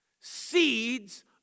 seeds